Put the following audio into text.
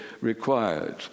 required